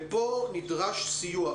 פה נדרש סיוע.